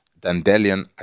Dandelion